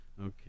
Okay